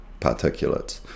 particulates